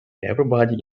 everybody